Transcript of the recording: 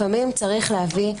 לפעמים צריך להביא,